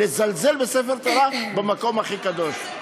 לזלזל בספר תורה במקום הכי קדוש.